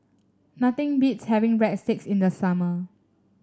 nothing beats having Breadsticks in the summer